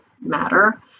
matter